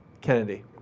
Kennedy